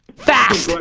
fast!